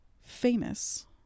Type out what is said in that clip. famous